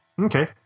okay